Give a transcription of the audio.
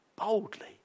boldly